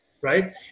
right